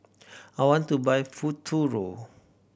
I want to buy Futuro